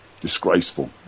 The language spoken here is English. disgraceful